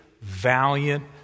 valiant